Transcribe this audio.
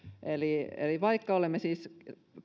eli eli vaikka olemme siis